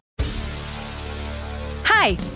Hi